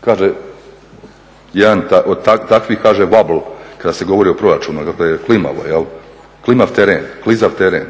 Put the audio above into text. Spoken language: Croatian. Kaže, jedan od takvih kaže … kada se govori o proračunu, dakle, klimavo, klimav teren, klizav teren.